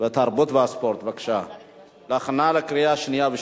התרבות והספורט, להכנה לקריאה שנייה ושלישית.